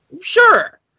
Sure